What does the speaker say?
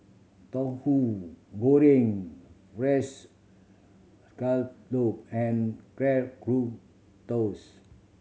Tauhu Goreng Fried Scallop and